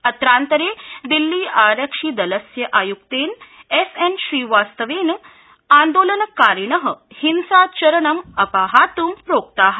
अत्रान्तरे दिल्ली आरक्षिदलस्य आयुक्तेन एस एन श्रीवास्तवेन आन्दोलनकारिण हिंसाचरणं अपहात्म् प्रोक्ता